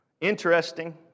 interesting